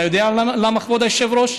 אתה יודע למה, כבוד היושב-ראש?